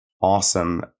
Awesome